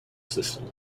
system